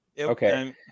Okay